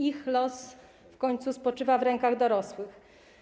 Ich los w końcu spoczywa w rękach dorosłych.